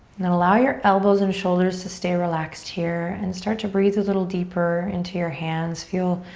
and and allow your elbows and shoulders to stay relaxed here and start to breathe a little deeper into your hands. feel,